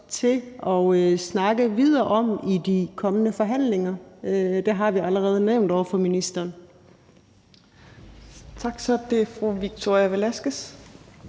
til at snakke videre om i de kommende forhandlinger. Det har vi allerede nævnt over for ministeren. Kl. 18:43 Fjerde næstformand (Trine